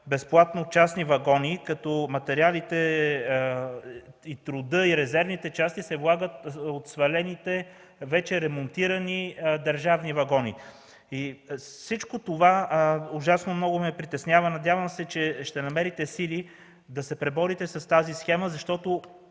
безплатно частни вагони, като материалите, трудът и резервните части се влагат от свалените вече ремонтирани държавни вагони. Всичко това ужасно много ме притеснява. Надявам се, че ще намерите сили да се преборите с тази схема, защото